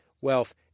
wealth